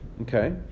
Okay